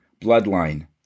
bloodline